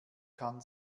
kann